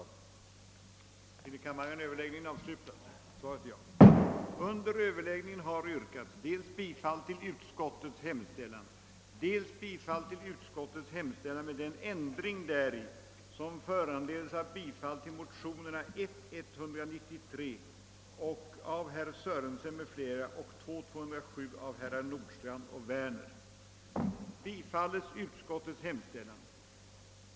Jag ber att få yrka bifall till utskottets hemställan.